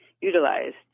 utilized